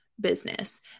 business